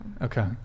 Okay